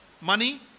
money